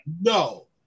No